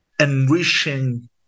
enriching